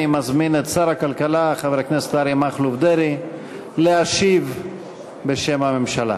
אני מזמין את שר הכלכלה חבר הכנסת אריה מכלוף דרעי להשיב בשם הממשלה.